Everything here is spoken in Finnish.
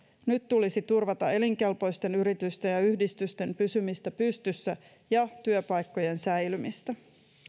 nyt tulisi turvata elinkelpoisten yritysten ja yhdistysten pysymistä pystyssä ja työpaikkojen säilymistä